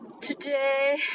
Today